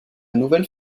nouvelle